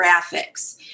graphics